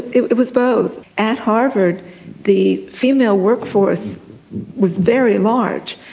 it was both. at harvard the female workforce was very large,